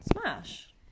Smash